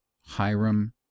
Hiram